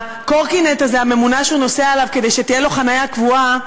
הקורקינט הממונע שהוא נוסע עליו כדי שתהיה לו חניה קבועה,